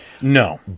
No